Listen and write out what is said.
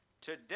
today